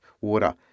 water